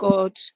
God